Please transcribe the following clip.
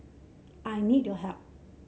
I need your help